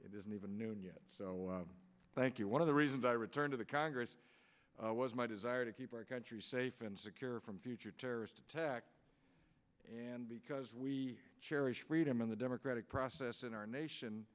isn't even noon yet thank you one of the reasons i return to the congress was my desire to keep our country safe and secure from future terrorist attacks and because we cherish freedom in the democratic process in our nation